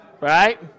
right